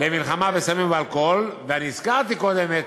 למלחמה בסמים ואלכוהול, ואני הזכרתי קודם את,